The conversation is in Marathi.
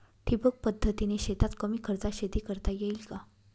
ठिबक पद्धतीने शेतात कमी खर्चात शेती करता येईल का?